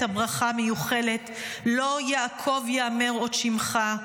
הברכה המיוחלת: "לא יעקב יאמר עוד שמך,